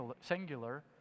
singular